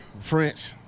French